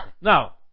Now